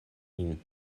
min